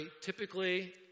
typically